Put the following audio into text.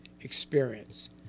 experience